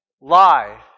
lie